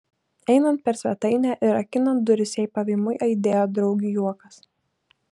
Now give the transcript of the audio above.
einant per svetainę ir rakinant duris jai pavymui aidėjo draugių juokas